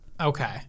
Okay